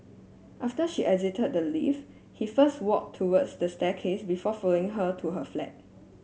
after she exited the lift he first walked towards the staircase before following her to her flat